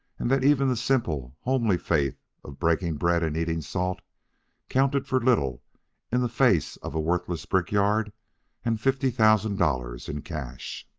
and that even the simple, homely faith of breaking bread and eating salt counted for little in the face of a worthless brickyard and fifty thousand dollars in cash.